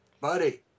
buddy